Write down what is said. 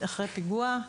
אחרי פיגוע,